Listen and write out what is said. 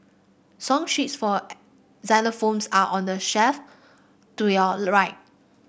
song sheets for xylophones are on the shelf to your right